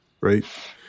Right